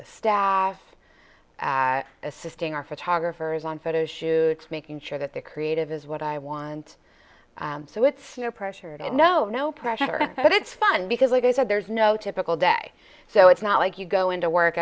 the staff at assisting our photographers on photo shoots making sure that the creative is what i want so it's no pressure to no no pressure but it's fun because like i said there's no typical day so it's not like you go into work